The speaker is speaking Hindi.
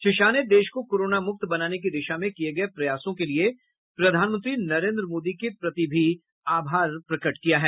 श्री शाह ने देश को कोरोना मुक्त बनाने की दिशा में किये गये प्रयासों के लिए प्रधानमंत्री नरेन्द्र मोदी के प्रति भी आभार प्रकट किया है